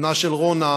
בנה של רונה,